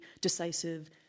decisive